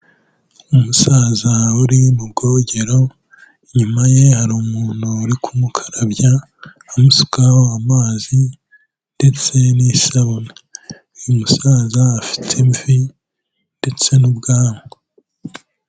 Umusaza uri mu bwogero, inyuma ye hari umuntu uri kumukarabya amusukaho amazi ndetse n'isabune, uyu musaza afite imvi ndetse n'ubwanwa.